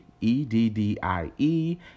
E-D-D-I-E